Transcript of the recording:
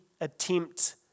attempt